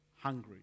hungry